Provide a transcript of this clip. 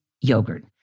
yogurt